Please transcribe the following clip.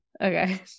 Okay